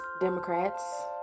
Democrats